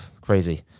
crazy